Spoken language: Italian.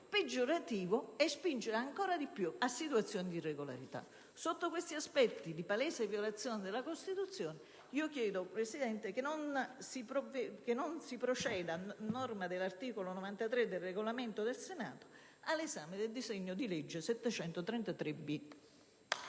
peggiorativo e spingere ancor di più a situazioni di irregolarità. In considerazione di tali aspetti di palese violazione della Costituzione chiedo pertanto, Presidente, che non si proceda, a norma dell'articolo 93 del Regolamento del Senato, all'esame del disegno di legge n.